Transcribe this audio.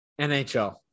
NHL